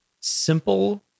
simple